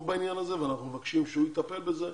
בעניין הזה ואנחנו מבקשים שהוא יטפל בזה,